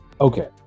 okay